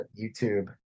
YouTube